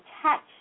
attached